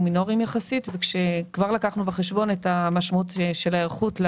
מינוריים יחסית כאשר כבר לקחנו בחשבון את המשמעות של ההיערכות לשינויים.